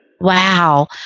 Wow